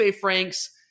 Franks